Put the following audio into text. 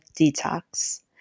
detox